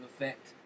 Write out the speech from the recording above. effect